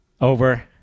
over